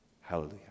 Hallelujah